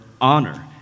honor